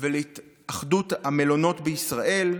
להתאחדות המלונות בישראל,